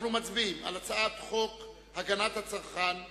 אנחנו מצביעים על הצעת חוק הגנת הצרכן (תיקון,